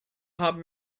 haben